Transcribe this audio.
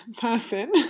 person